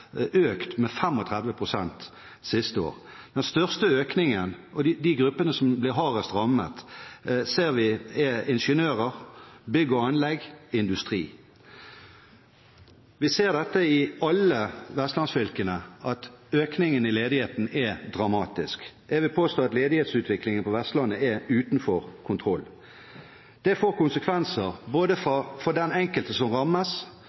økt med 35 pst. siste år. Den største økningen ser vi blant ingeniører, innenfor bygg og anlegg og industri, som er blant gruppene som blir hardest rammet. Vi ser i alle vestlandsfylkene at økningen i ledigheten er dramatisk. Jeg vil påstå at ledighetsutviklingen på Vestlandet er utenfor kontroll. Det får konsekvenser både for den enkelte som rammes,